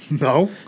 No